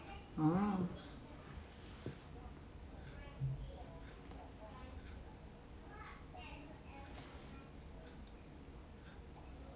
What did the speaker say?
oh